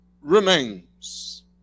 remains